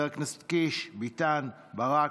יואב קיש, דוד ביטן, קרן ברק,